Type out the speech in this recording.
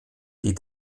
die